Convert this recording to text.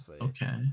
okay